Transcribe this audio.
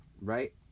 right